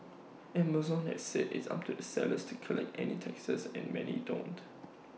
Amazon has said it's up to the sellers to collect any taxes and many don't